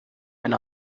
and